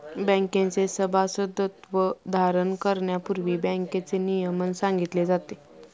बँकेचे सभासदत्व धारण करण्यापूर्वी बँकेचे नियमन सांगितले जाते